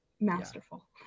masterful